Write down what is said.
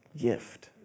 gift